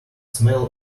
smell